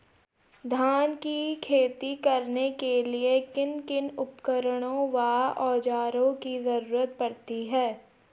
धान की खेती करने के लिए किन किन उपकरणों व औज़ारों की जरूरत पड़ती है?